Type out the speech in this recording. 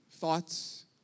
thoughts